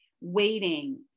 waiting